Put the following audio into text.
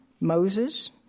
Moses